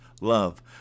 love